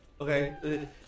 Okay